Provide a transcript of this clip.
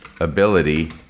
ability